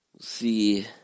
see